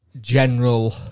general